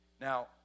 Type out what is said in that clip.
Now